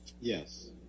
Yes